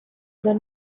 the